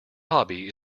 hobby